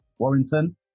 Warrington